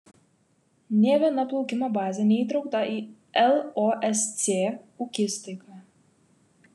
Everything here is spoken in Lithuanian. nė viena plaukimo bazė neįtraukta į losc ūkiskaitą